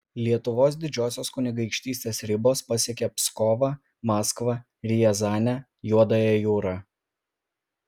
lietuvos didžiosios kunigaikštystės ribos pasiekė pskovą maskvą riazanę juodąją jūrą